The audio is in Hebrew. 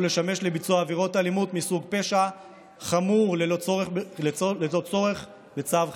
לשמש לביצוע עבירת אלימות מסוג פשע חמור ללא צורך בצו חיפוש.